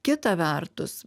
kita vertus